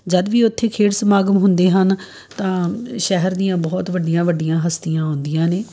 ਜਦ ਵੀ ਉੱਥੇ ਖੇਡ ਸਮਾਗਮ ਹੁੰਦੇ ਹਨ ਤਾਂ ਸ਼ਹਿਰ ਦੀਆਂ ਬਹੁਤ ਵੱਡੀਆਂ ਵੱਡੀਆਂ ਹਸਤੀਆਂ ਆਉਂਦੀਆਂ ਨੇ